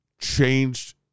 changed